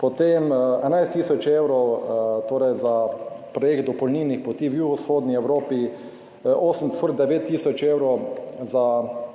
Potem 11 tisoč torej za projekt dopolnilnih poti v jugovzhodni Evropi, 9 tisoč evrov za